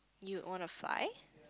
you wanna fly